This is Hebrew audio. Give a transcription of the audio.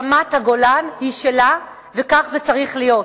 רמת-הגולן היא שלה וכך זה צריך להיות,